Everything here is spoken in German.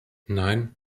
nein